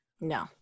No